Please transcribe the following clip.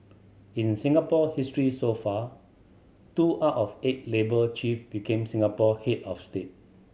in Singapore history so far two out of eight labour chief became Singapore head of state